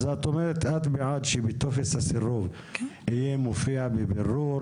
אז את אומרת שאת בעד שבטופס הסירוב יופיעו בבירור